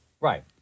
Right